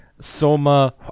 Soma